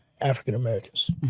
African-Americans